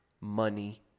money